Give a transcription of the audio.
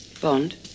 Bond